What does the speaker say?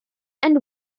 and